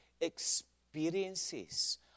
experiences